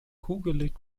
kugelig